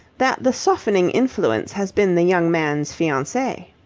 that the softening influence has been the young man's fiancee.